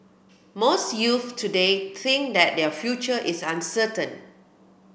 most youths today think that their future is uncertain